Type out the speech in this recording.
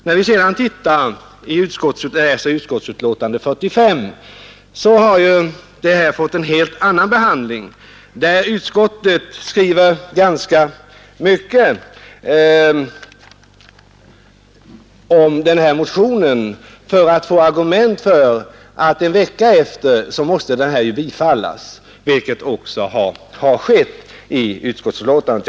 När vi sedan läser utskottsbetänkandet 45 finner vi att motionen har fått en helt annan behandling. Utskottet skriver ganska mycket om den för att få argument för att den en vecka senare måste bifallas. Och utskottet har alltså tillstyrkt den.